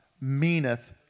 meaneth